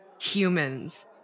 humans